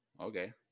Okay